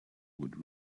would